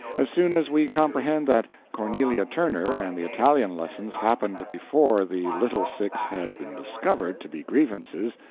as soon as we comprehend that cornelia turner and the italian lessons happened before the little six had been discovered to be grievances,